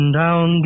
down